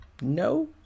no